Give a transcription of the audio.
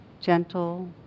gentle